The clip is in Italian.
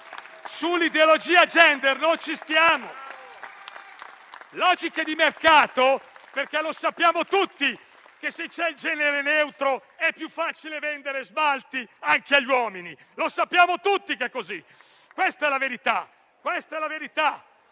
Sull'ideologia *gender* non ci stiamo! Sono logiche di mercato, perché lo sappiamo tutti che, se c'è il genere neutro, è più facile vendere smalti anche agli uomini! Lo sappiamo tutti che è così. Questa è la verità!